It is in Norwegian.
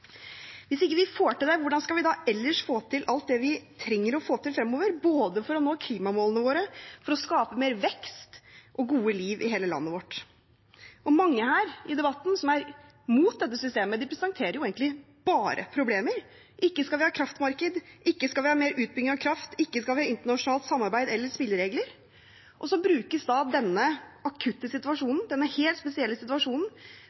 vi ikke får til det, hvordan skal vi ellers få til alt det vi trenger å få til fremover, både for å nå klimamålene våre og for å skape mer vekst og gode liv i hele landet vårt? Mange i debatten som er mot dette systemet, presenterer egentlig bare problemer – ikke skal vi ha kraftmarked, ikke skal vi ha mer utbygging av kraft, ikke skal vi ha internasjonalt samarbeid eller spilleregler. Og så brukes denne akutte situasjonen, denne helt spesielle situasjonen,